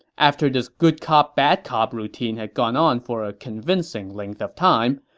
after this good-cop-bad-cop routine had gone on for a convincing length of time,